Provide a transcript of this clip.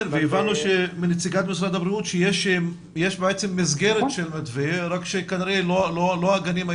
הבנו מנציגת משרד הבריאות שיש מסגרת של מתווה אלא שכנראה הגנים לא